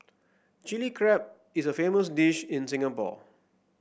Chilli Crab is a famous dish in Singapore